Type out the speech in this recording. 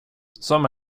som